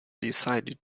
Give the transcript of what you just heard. decided